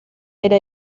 era